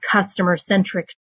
customer-centric